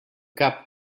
cap